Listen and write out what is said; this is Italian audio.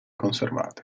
conservate